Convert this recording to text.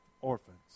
orphans